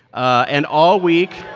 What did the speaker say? and all week.